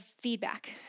feedback